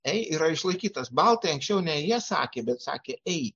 ei yra išlaikytas baltai anksčiau ne jie sakė bet sakė ei